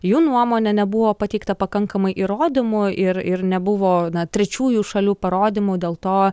jų nuomone nebuvo pateikta pakankamai įrodymų ir ir nebuvo na trečiųjų šalių parodymų dėl to